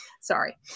Sorry